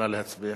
נא להצביע.